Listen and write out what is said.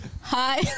Hi